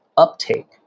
uptake